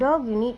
dog need